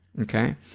Okay